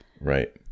Right